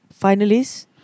finalists